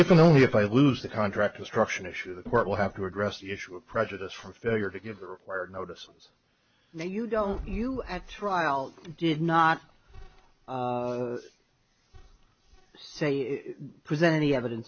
can only if i lose the contract destruction issue the court will have to address the issue of prejudice for failure to give the required notice no you don't you at trial did not say present any evidence